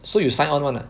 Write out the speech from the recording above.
so you sign on [one] lah